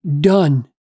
done